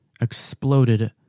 exploded